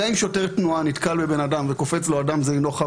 גם אם שוטר תנועה נתקל בבן אדם וקופץ לו: אדם זה חב